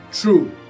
true